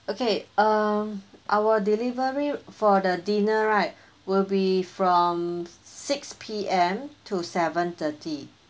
okay um our delivery for the dinner right will be from six P_M to seven thirty